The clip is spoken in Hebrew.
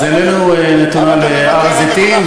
אז עיננו נתונה להר-הזיתים,